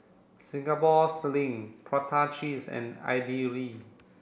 Singapore sling prata cheese and idly